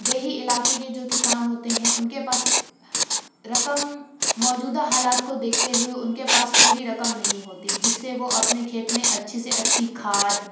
دیہی علاقے کے جو کسان ہوتے ہیں ان کے پاس رقم موجودہ حالات کو دیکھتے ہوئے ان کے پاس پوری رقم نہیں ہوتی جس سے وہ اپنے کھیت میں اچھے سے اچھی کھاد